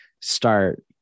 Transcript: start